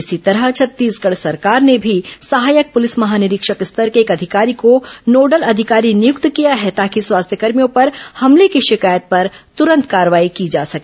इसी तरह छत्तीसगढ़ सरकार ने भी सहायक पुलिस महानिरीक्षक स्तर के एक अधिकारी को नोडल अधिकारी नियुक्त किया है ताकि स्वास्थ्यकर्मियों पर हमले की शिकायत पर तुरंत कार्रवाई की जा सके